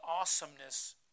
awesomeness